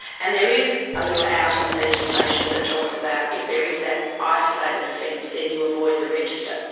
and there is a little out in the legislation that talks about if there is that isolated offence then you avoid the register.